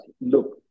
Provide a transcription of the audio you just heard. Look